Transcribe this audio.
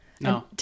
No